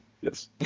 Yes